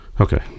Okay